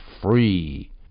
free